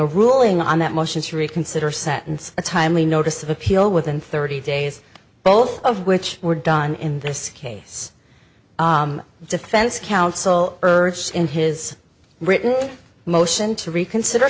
a ruling on that motion to reconsider sentence a timely notice of appeal within thirty days both of which were done in this case the defense counsel urged in his written motion to reconsider